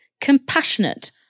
compassionate